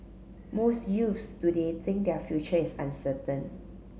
most youths today think their future is uncertain